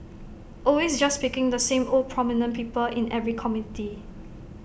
always just picking the same old prominent people in every committee